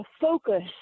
focus